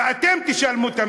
ואתם תשלמו את המחיר.